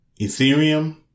Ethereum